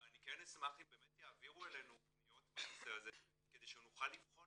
אבל אני כן אשמח אם באמת יעבירו אלינו פניות בנושא הזה כדי שנוכל לבחון